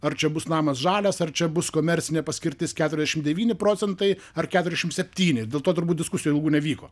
ar čia bus namas žalias ar čia bus komercinė paskirtis keturiasdešim devyni procentai ar keturiasdešim septyni dėl to turbūt diskusijų nevyko